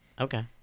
Okay